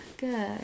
Good